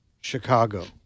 Chicago